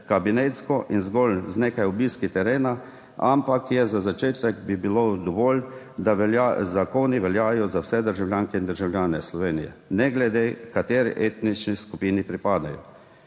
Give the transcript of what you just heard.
kabinetsko in zgolj z nekaj obiski terena, ampak bi bilo za začetek dovolj, da zakoni veljajo za vse državljanke in državljane Slovenije, ne glede na to, kateri etnični skupini pripadajo.